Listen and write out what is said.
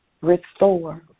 Restore